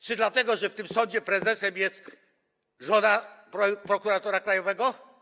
Czy dlatego, że w tym sądzie prezesem jest żona prokuratora krajowego?